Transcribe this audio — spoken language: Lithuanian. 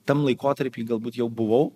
tam laikotarpy galbūt jau buvau